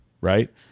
right